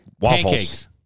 Waffles